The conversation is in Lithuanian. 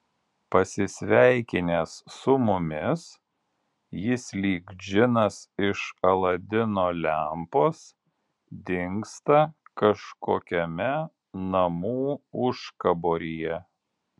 pasisveikinęs su mumis jis lyg džinas iš aladino lempos dingsta kažkokiame namų užkaboryje